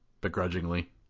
begrudgingly